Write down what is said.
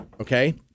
Okay